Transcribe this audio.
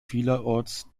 vielerorts